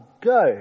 go